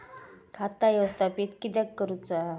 खाता व्यवस्थापित किद्यक करुचा?